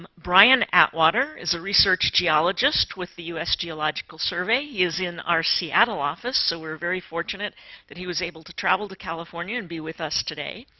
um brian atwater is a research geologist with the u s. geological survey. he is in our seattle office, so we're very fortunate that he was able to travel to california and be with us today.